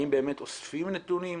האם באמת אוספים נתונים?